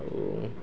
ଆଉ